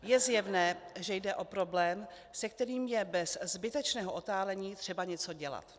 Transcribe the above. Je zjevné, že jde o problém, se kterým je bez zbytečného otálení třeba něco dělat.